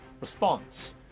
response